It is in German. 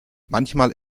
manchmal